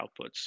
outputs